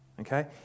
okay